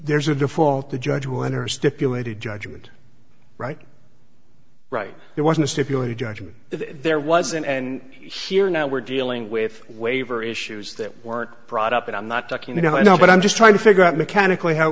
there's a default the judge will enter stipulated judgment right right there wasn't a stipulated judgment that there wasn't and here now we're dealing with waiver issues that weren't brought up and i'm not talking you know i know but i'm just trying to figure out mechanically how it